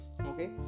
Okay